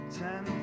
ten